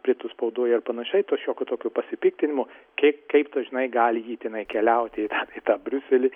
britų spaudoj ir panašiai tų šiokių tokių pasipiktinimų kaip kaip dažnai gali ji tenai keliauti į tą į tą briuselį